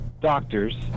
doctors